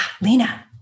Lena